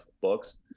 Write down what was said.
books